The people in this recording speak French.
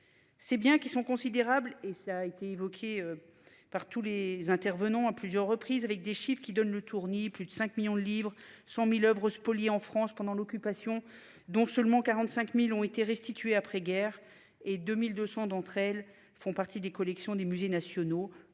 C'est bien, qui sont considérables et ça a été évoqué. Par tous les intervenants à plusieurs reprises avec des chiffres qui donnent le tournis. Plus de 5 millions £ 100.000 Oeuvres spoliées en France pendant l'occupation, dont seulement 45.000 ont été restitués après guerre et de 1200 d'entre elles font partie des collections des musées nationaux